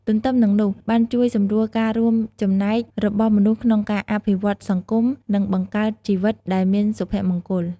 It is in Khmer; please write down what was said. ទន្ទឹមនឹងនោះ បានជួយសម្រួលការរួមចំណែករបស់មនុស្សក្នុងការអភិវឌ្ឍសង្គម និងបង្កើតជីវិតដែលមានសុភមង្គល ។